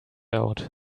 out